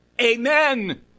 Amen